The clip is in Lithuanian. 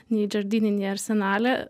nei džardini nei arsenale